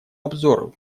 обзору